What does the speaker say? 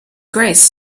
grace